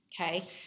Okay